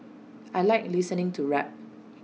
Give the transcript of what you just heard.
I Like listening to rap